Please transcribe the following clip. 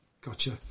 gotcha